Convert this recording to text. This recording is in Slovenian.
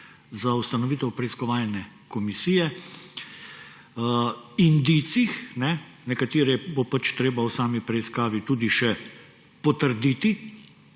za ustanovitev preiskovalne komisije, indicih, nekatere bo treba v sami preiskavi tudi še potrditi,